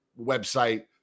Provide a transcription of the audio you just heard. website